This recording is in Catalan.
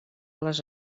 les